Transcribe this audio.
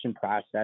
process